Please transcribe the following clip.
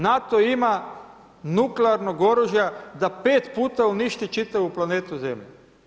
NATO ima nuklearnog oružja da 5 puta uništi čitavu planetu Zemlje.